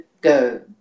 go